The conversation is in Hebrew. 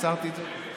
הצהרתי את זה.